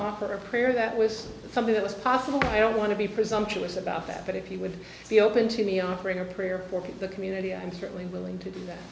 offer a prayer that was something that was possible i don't want to be presumptuous about that but if you would be open to me offering a prayer for the community i'm certainly willing to